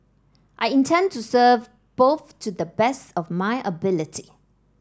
I intend to serve both to the best of my ability